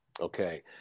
Okay